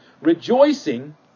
rejoicing